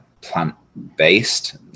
plant-based